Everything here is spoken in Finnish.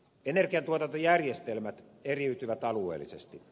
energiantuotantojärjestelmät eriytyvät alueellisesti